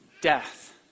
Death